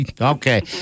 Okay